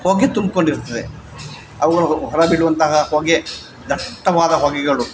ಹೊಗೆ ತುಂಬಿಕೊಂಡಿರ್ತದೆ ಅವುಗಳು ಹೊರ ಬಿಡುವಂತಹ ಹೊಗೆ ದಟ್ಟವಾದ ಹೊಗೆಗಳು